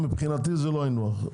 מבחינתי זה לא היינו הך.